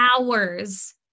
hours